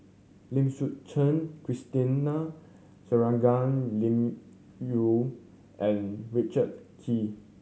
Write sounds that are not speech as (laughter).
Lim Suchen Christine (unintelligible) Shangguan Liuyun and Richard Kee